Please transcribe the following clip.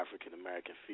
African-American